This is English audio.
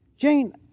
Jane